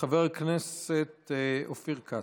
חבר הכנסת אופיר כץ.